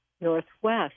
northwest